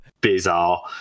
Bizarre